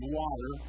water